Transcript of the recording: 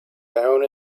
down